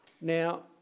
Now